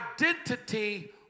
identity